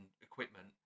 equipment